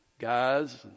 Guys